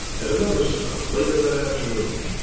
at another stop later that afternoon,